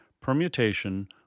permutation